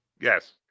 Yes